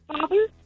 father